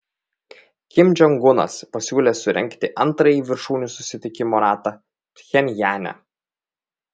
kim jong unas pasiūlė surengti antrąjį viršūnių susitikimo ratą pchenjane